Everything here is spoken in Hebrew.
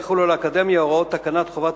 יחולו על האקדמיה הוראות תקנת חובת